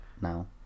now